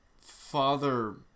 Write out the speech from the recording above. father